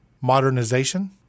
modernization